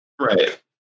Right